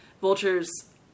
vultures